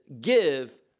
give